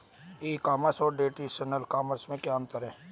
ई commerce और traditional commerce में क्या अंतर है?